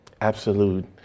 absolute